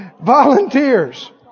volunteers